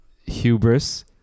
hubris